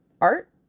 Art